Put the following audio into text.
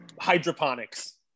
hydroponics